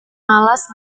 malas